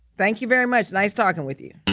thank you very much. nice talking with you.